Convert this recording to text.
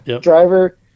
driver